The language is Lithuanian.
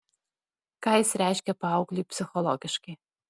ką jis reiškia paaugliui psichologiškai